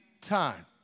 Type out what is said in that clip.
time